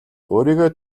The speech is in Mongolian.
өөрийгөө